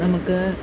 നമുക്ക്